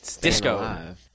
Disco